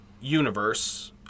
universe